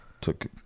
took